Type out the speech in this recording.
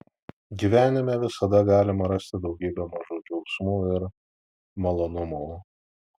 gyvenime visada galima rasti daugybę mažų džiaugsmų ir malonumų